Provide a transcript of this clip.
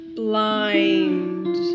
blind